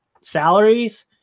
salaries